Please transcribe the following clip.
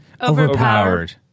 Overpowered